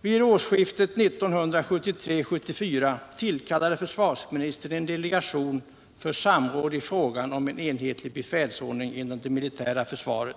Vid årsskiftet 1973-1974 tillkallade försvarsministern en delegation för samråd i frågan om en enhetlig befälsordning inom det militära försvaret.